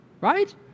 right